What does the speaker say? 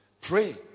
pray